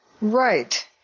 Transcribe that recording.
Right